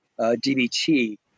DBT